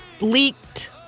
leaked